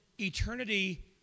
eternity